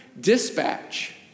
dispatch